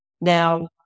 Now